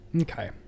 Okay